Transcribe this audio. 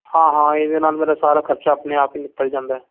ਹਾਂ ਹਾਂ ਇਹਦੇ ਨਾਲ ਮੇਰਾ ਸਾਰਾ ਖਰਚਾ ਆਪਣੇ ਆਪ ਹੀ ਨਿਕਲ ਜਾਂਦਾ